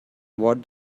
what